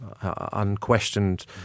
Unquestioned